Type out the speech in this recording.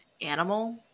animal